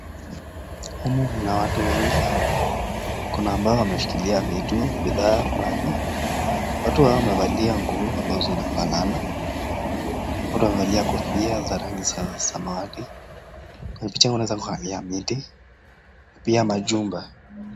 Humu mna watu wengi, Kuna ambao wameshikilia vitu, bidhaa fulani. Watu hawa wamevalia nguo ambazo zinafanana. Watu wamevalia kofia za rangi samawati na picha unaweza kuangalia miti na pia majumba.